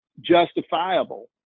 justifiable